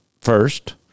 first